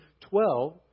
twelve